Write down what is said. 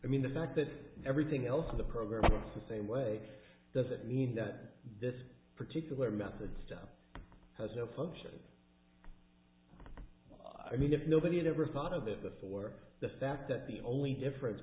i mean the fact that everything else in the program the same way doesn't mean that this particular method style has no function i mean if nobody had ever thought of it before the fact that the only difference